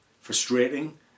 frustrating